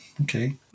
Okay